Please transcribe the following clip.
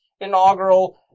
inaugural